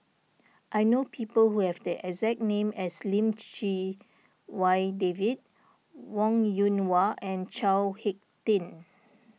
I know people who have the exact name as Lim Chee Wai David Wong Yoon Wah and Chao Hick Tin